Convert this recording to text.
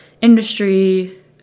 Industry